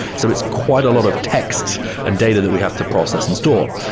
so it's quite a lot of text and data that we have to process and store.